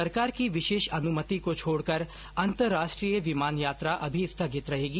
सरकार की विशेष अनुमति को छोड़कर अंतरराष्ट्रीय विमान यात्रा अभी स्थगित रहेगी